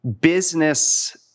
business